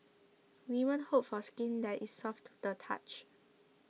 women hope for skin that is soft to the touch